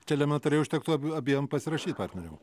čia elementariai užtektų ab abiem pasirašyt partneriam